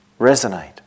resonate